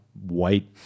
white